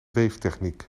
weeftechniek